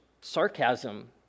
sarcasm